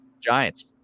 Giants